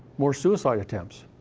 more suicide attempts.